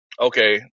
okay